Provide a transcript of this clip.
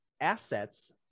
assets